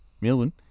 Melbourne